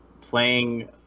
playing